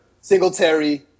Singletary